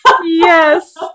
Yes